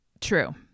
True